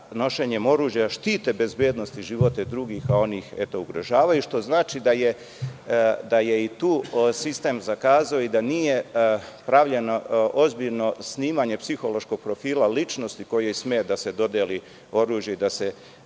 nošenjem oružja štite bezbednost i živote drugih, a oni ih eto ugrožavaju, što znači da je i tu sistem zakazao i da nije pravljeno ozbiljno snimanje psihološkog profila ličnosti kojem sme da se dodeli oružje i da se